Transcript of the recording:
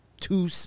two